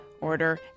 Order